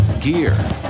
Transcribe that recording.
gear